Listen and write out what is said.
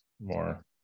more